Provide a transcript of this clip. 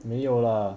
没有 lah